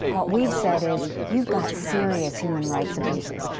what we've said is, you've got serious human rights abuses.